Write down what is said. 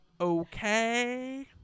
Okay